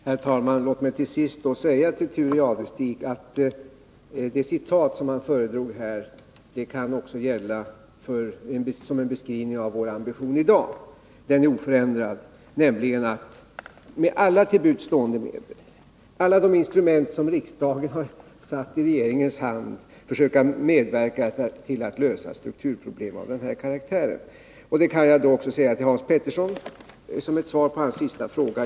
Herr talman! Låt mig till sist säga till Thure Jadestig att det citat han föredrog också kan gälla som beskrivning av vår ambition i dag. Den är oförändrad, nämligen att med alla till buds stående medel, alla de instrument riksdagen lagt i regeringens hand, försöka medverka till att söka lösa strukturproblem av den här karaktären. Det kan jag även säga som svar på Hans Peterssons senaste fråga.